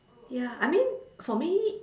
ya I mean for me